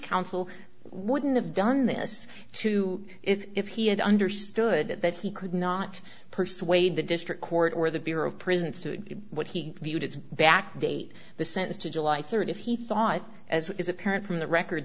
counsel wouldn't have done this to if he had understood that he could not persuade the district court or the bureau of prisons to what he viewed as back date the sentence to july rd if he thought as is apparent from the record